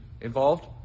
involved